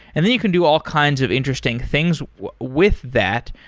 and then you can do all kinds of interesting things with that.